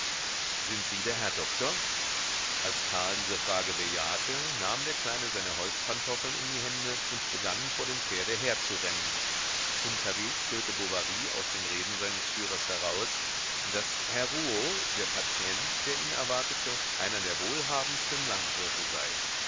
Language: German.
sind sie der herr doktor als karl diese frage bejahte nahm der kleine seine holzpantoffeln in die hände und begann vor dem pferde herzurennen unterwegs hörte bovary aus den reden seines führers heraus daß herr rouault der patient der ihn erwartete einer der wohlhabendsten landwirte sei